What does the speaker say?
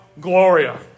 Gloria